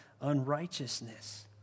unrighteousness